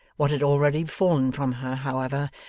what had already fallen from her, however,